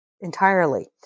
entirely